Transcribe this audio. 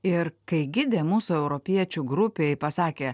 ir kai gidė mūsų europiečių grupei pasakė